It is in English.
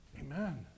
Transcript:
Amen